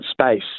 space